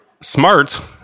smart